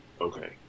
Okay